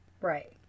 Right